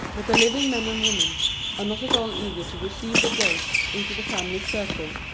but the living men and women are not at all eager to receive the ghosts into the family circle,